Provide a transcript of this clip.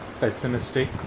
Pessimistic